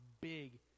big